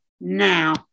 now